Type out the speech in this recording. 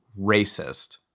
racist